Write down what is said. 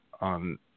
on –